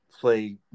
play